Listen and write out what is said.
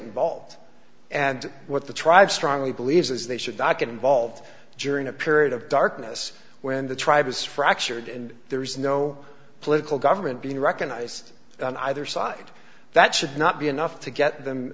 involved and what the tribe strongly believes is they should not get involved during a period of darkness when the tribe is fractured and there is no political government being recognized on either side that should not be enough to get them